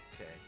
Okay